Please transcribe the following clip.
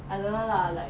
I don't know lah like